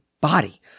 body